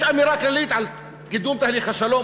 יש אמירה כללית על קידום תהליך השלום,